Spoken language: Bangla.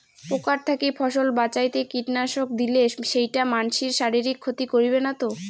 পোকার থাকি ফসল বাঁচাইতে কীটনাশক দিলে সেইটা মানসির শারীরিক ক্ষতি করিবে না তো?